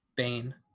Bane